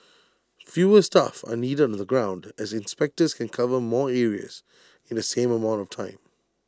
fewer staff are needed on the ground as inspectors can cover more areas in the same amount of time